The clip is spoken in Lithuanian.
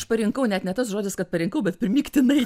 aš parinkau net ne tas žodis kad parinkau bet primygtinai